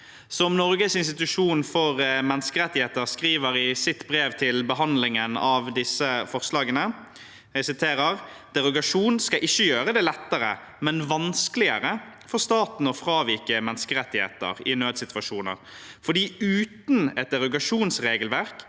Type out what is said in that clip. Som Norges institusjon for menneskerettigheter skriver i sitt brev til behandlingen av disse forslagene: «Derogasjon skal ikke gjøre det lettere, men vanskeligere, for statene å fravike menneskerettigheter i nødssituasjoner, fordi uten et derogasjonsre gelverk